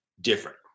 different